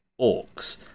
orcs